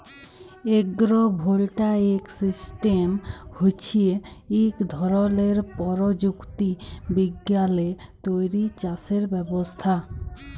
agro voltaic system হছে ইক ধরলের পরযুক্তি বিজ্ঞালে তৈরি চাষের ব্যবস্থা